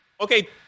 Okay